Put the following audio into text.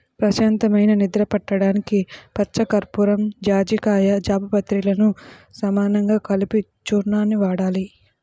ప్రశాంతమైన నిద్ర పట్టడానికి పచ్చకర్పూరం, జాజికాయ, జాపత్రిలను సమానంగా కలిపిన చూర్ణాన్ని వాడాలి